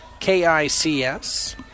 KICS